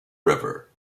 river